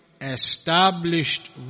established